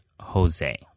Jose